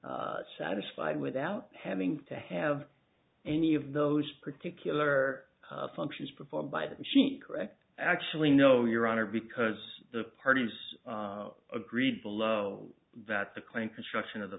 be satisfied without having to have any of those particular functions performed by the machine correct actually no your honor because the parties agreed below that the claim construction